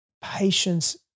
patience